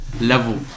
Level